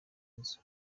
inzu